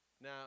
Now